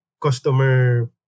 customer